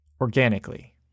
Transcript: Organically